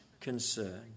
concern